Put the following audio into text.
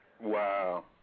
Wow